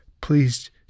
please